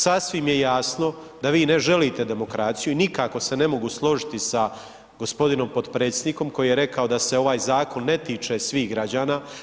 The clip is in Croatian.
Sasvim je jasno da vi ne želite demokraciju i nikako se ne mogu složiti sa gospodinom podpredsjednikom koji je rekao da se ovaj zakon ne tiče svih građana.